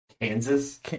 Kansas